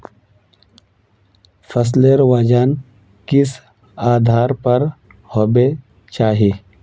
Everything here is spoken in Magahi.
फसलेर वजन किस आधार पर होबे चही?